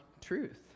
truth